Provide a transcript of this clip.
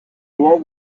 world